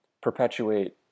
perpetuate